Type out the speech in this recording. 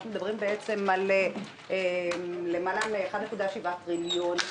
אנחנו מדברים בעצם על יותר מ-1.7 טריליון שקלים,